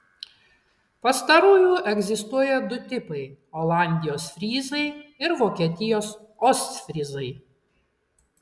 pastarųjų egzistuoja du tipai olandijos fryzai ir vokietijos ostfryzai